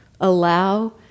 allow